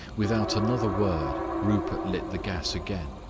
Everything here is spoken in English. without another word rupert lit the gas again.